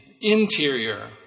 interior